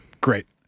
Great